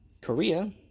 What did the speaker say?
Korea